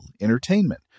entertainment